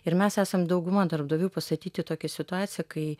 ir mes esam dauguma darbdavių pastatyti į tokią situaciją kai